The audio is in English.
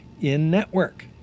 In-network